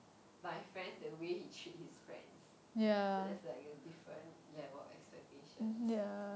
my friends the way he treat his friends so there's like a different level expectations